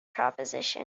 proposition